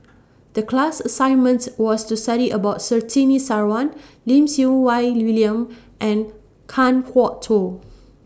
The class assignment was to study about Surtini Sarwan Lim Siew Wai William and Kan Kwok Toh